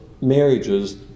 marriages